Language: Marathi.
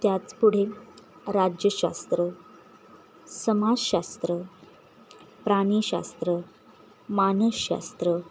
त्याच पुढे राज्यशास्त्र समाजशास्त्र प्राणीशास्त्र मानसशास्त्र